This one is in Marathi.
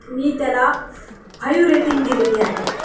मी त्याला फाईव रेटिंग दिलेली आहे